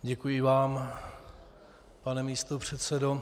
Děkuji vám, pane místopředsedo.